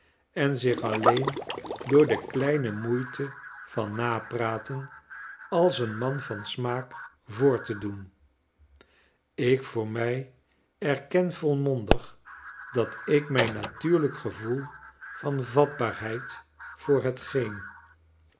en zich alleen door de kleine moeite van napraten als een man van smaak voor te doen ik voor mij erken volmondig dat ik mijn natuurlijk gevoel van vatbaarheid voor hetgeen